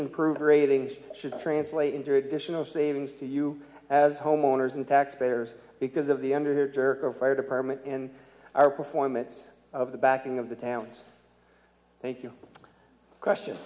improved ratings should translate into additional savings to you as homeowners and taxpayers because of the under fire department in our performance of the backing of the town's thank you question